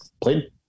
played